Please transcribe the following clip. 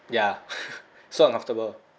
ya so uncomfortable